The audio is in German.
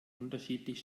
unterschiedlich